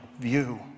view